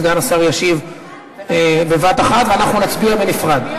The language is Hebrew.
סגן השר ישיב בבת-אחת ואנחנו נצביע בנפרד.